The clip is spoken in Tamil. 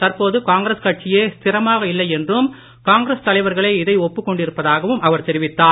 தற்போது காங்கிரஸ் கட்சியே ஸ்திரமாக இல்லை என்றும் காங்கிரஸ் தலைவர்களே இதை ஒப்புக் கொண்டிருப்பதாகவும் அவர் தெரிவித்தார்